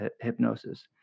hypnosis